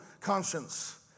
conscience